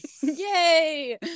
Yay